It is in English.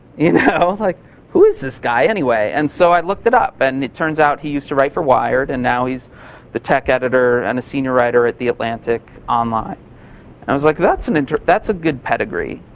you know like who is this guy anyway? and so i looked it up and and it turns out he used to write for wired and now he's the tech editor and a senior writer at the atlantic online. and i was like, that's an interesting, that's a good pedigree.